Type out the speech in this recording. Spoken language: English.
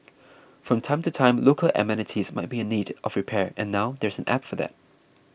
from time to time local amenities might be in need of repair and now there's an app for that